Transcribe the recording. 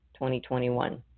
2021